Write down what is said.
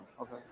Okay